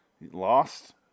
lost